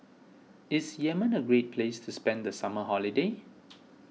is Yemen a great place to spend the summer holiday